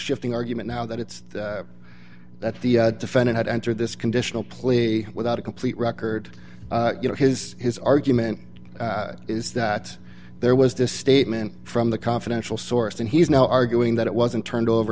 shifting argument now that it's that the defendant had entered this conditional plea without a complete record you know his his argument is that there was this statement from the confidential source and he's now arguing that it wasn't turned over